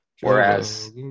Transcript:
Whereas